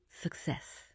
success